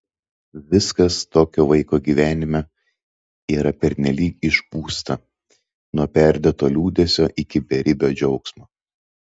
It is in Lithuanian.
viskas tokio vaiko gyvenime yra pernelyg išpūsta nuo perdėto liūdesio iki beribio džiaugsmo